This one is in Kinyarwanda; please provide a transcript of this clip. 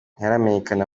ntiharamenyekana